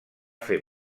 fer